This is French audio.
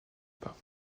pas